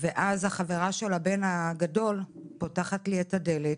ואז החברה של הבן הגדול פותחת לי את הדלת,